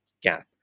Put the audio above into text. gap